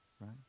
Right